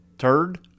turd